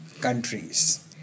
countries